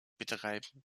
betreiben